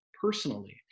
personally